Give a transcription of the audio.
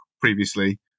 previously